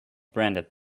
brenda